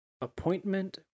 APPOINTMENT